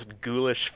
ghoulish